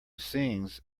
sings